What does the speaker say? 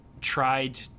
tried